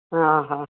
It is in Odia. ହଁ ହଁ